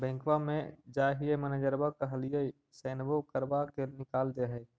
बैंकवा मे जाहिऐ मैनेजरवा कहहिऐ सैनवो करवा के निकाल देहै?